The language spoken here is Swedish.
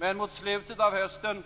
Men mot slutet av hösten